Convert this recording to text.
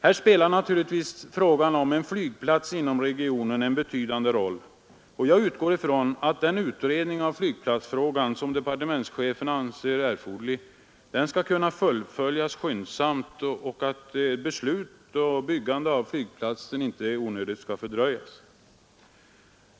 Här spelar naturligtvis frågan om en flygplats inom regionen en betydande roll, och jag-utgår ifrån att den utredning av flygplatsfrågan som departementschefen anser erforderlig skall kunna fullföljas skyndsamt och att beslut om byggande av flygplatsen inte onödigtvis skall fördröjas.